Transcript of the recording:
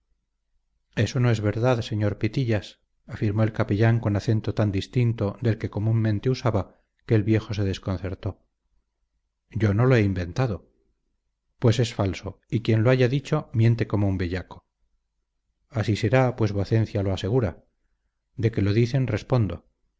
eso no es verdad sr pitillas afirmó el capellán con acento tan distinto del que comúnmente usaba que el viejo se